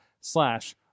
slash